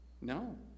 No